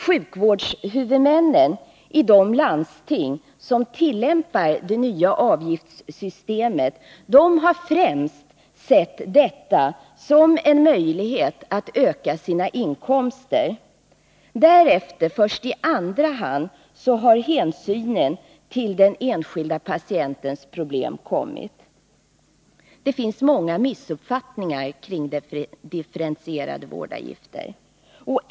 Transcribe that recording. Sjukvårdshuvudmännen ide landsting som tillämpar det nya avgiftssystemet har främst sett detta som en möjlighet att utöka resp. landstings inkomster. Först i andra hand har hänsyn tagits till den enskilde patientens problem. Det finns många missuppfattningar kring systemet med differentierade vårdavgifter.